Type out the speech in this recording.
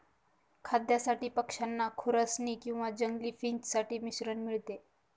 खाद्यासाठी पक्षांना खुरसनी किंवा जंगली फिंच साठी मिश्रण मिळते